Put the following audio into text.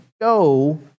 go